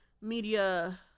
media